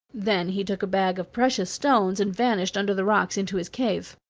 then he took a bag of precious stones and vanished under the rocks into his cave.